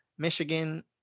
Michigan